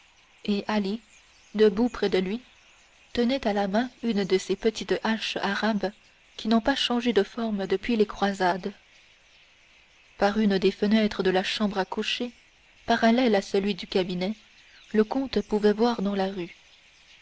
et ali debout près de lui tenait à la main une de ces petites haches arabes qui n'ont pas changé de forme depuis les croisades par une des fenêtres de la chambre à coucher parallèle à celle du cabinet le comte pouvait voir dans la rue